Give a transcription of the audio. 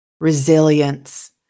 Resilience